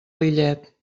lillet